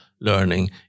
learning